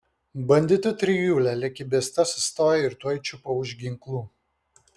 banditų trijulė lyg įbesta sustojo ir tuoj čiupo už ginklų